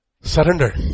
Surrender